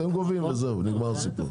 אתם גובים וזהו, נגמר הסיפור.